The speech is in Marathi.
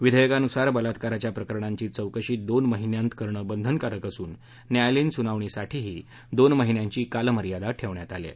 विधेयकानुसार बलात्काराच्या प्रकरणांची चौकशी दोन महिन्यांत करणं बंधनकारक असून न्यायालयीन सुनावणीसाठीही दोन महिन्यांची कालमर्यादा ठेवण्यात आली आहे